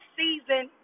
season